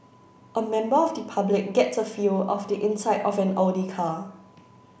a member of the public gets a feel of the inside of an Audi car